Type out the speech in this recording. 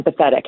empathetic